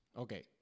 Okay